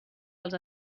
els